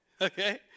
okay